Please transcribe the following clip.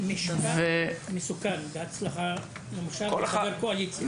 זה מסוכן להגיד בהצלחה במושב לקואליציה.